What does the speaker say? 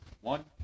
one